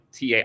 TA